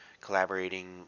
collaborating